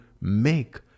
make